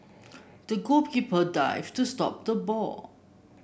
the goalkeeper dived to stop the ball